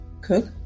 cook